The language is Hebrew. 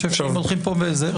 אנחנו נמצאים בתוך חוק חדלות פירעון.